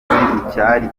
icyari